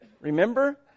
Remember